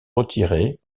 retirés